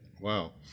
Wow